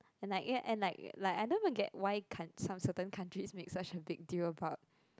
and like and like like I don't even get why can't some certain countries make such a big deal about